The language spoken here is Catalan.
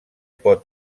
pot